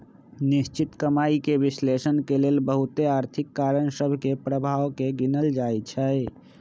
निश्चित कमाइके विश्लेषण के लेल बहुते आर्थिक कारण सभ के प्रभाव के गिनल जाइ छइ